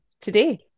today